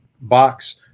box